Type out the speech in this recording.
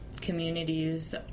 communities